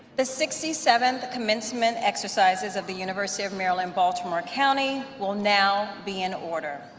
the sixty seventh commencement exercises of the university of maryland, baltimore county will now be in order.